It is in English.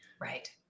right